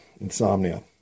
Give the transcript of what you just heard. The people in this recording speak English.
insomnia